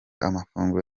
amafunguro